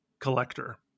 collector